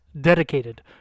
dedicated